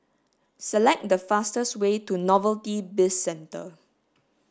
select the fastest way to Novelty Bizcentre